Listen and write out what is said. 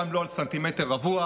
גם לא על סנטימטר רבוע.